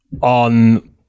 on